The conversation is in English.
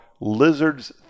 Lizard's